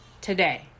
today